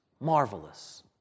Marvelous